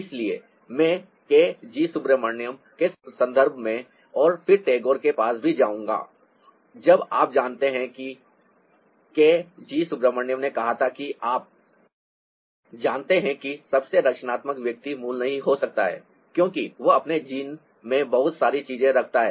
इसलिए मैं K G Subramanyam के संदर्भ में और फिर टैगोर के पास भी जाऊंगा जब आप जानते हैं कि के जी सुब्रमण्यम ने कहा था कि आप जानते हैं कि सबसे रचनात्मक व्यक्ति मूल नहीं हो सकता है क्योंकि वह अपने जीन में बहुत सारी चीजें रखता है